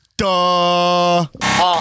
duh